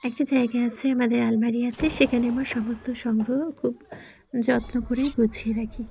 একটা জায়গা আছে আমাদের আলমারি আছে সেখানে আমার সমস্ত সংগ্রহ খুব যত্ন করে গুছিয়ে রাখি